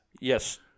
yes